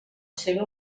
seva